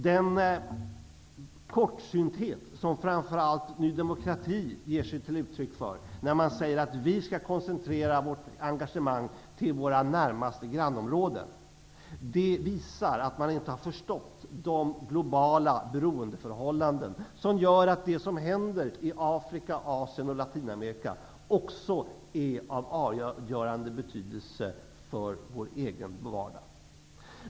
Den kortsynthet som framför allt Ny demokrati ger uttryck för när man säger att vi skall koncentrera vårt engagemeng till våra närmaste grannområden visar att man inte förstått de globala beroendeförhållanden som gör att det som händer i Afrika, Asien och Latinamerika också är av avgörande betydelse för vår egen vardag.